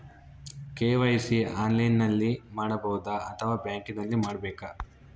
KYC ಆನ್ಲೈನಲ್ಲಿ ಮಾಡಬಹುದಾ ಅಥವಾ ಬ್ಯಾಂಕಿನಲ್ಲಿ ಮಾಡ್ಬೇಕಾ?